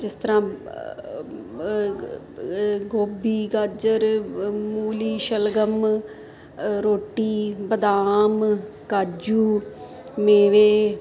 ਜਿਸ ਤਰ੍ਹਾਂ ਗੋਭੀ ਗਾਜਰ ਮੂਲੀ ਸ਼ਲਗਮ ਰੋਟੀ ਬਦਾਮ ਕਾਜੂ ਮੇਵੇ